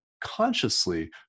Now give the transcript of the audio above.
Consciously